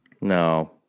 No